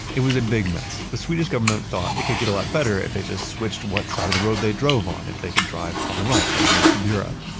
it was a big mess. the swedish government thought it could get a lot better if they just switched what side of the road they drove on, if they could drive on the right like most of europe.